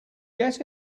get